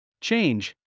change